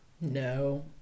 no